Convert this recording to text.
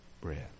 bread